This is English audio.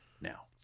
now